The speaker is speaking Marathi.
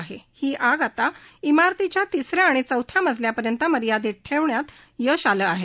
आता ही आग इमारतीच्या तिस या आणि चौथ्या मजल्यापर्यंत मर्यादित ठेवण्यात यश आलं आहे